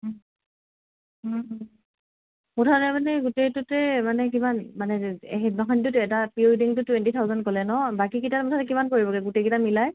মুঠতে মানে গোটেইটোতে মানে কিমান মানে সেইদিনাখনটো এটা প্ৰি ৱেডিঙটো টুৱেণ্টি থাউজেণ্ড ক'লে ন বাকী কেইটাত মুঠতে কিমান পৰিবগৈ গোটেইকেইটা মিলাই